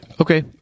okay